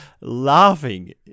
laughing